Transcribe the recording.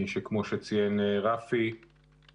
כמו שציין רפי,